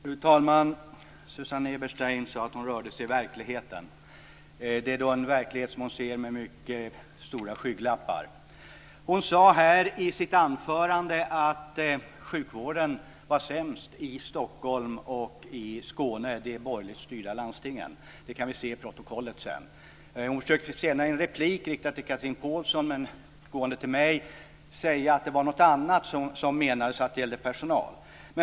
Fru talman! Susanne Eberstein sade att hon rörde sig i verkligheten. Det är en verklighet som hon ser med mycket stora skygglappar. Hon sade här i sitt anförande att sjukvården var sämst i Stockholm och i Skåne, de borgerligt styrda landstingen. Det kan vi se i protokollet sedan. Hon försökte senare i en replik riktad till Chatrine Pålsson, men också riktad till mig, säga att det var något annat som menades, och att det gällde personal.